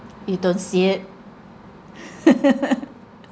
you don't see it